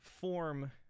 form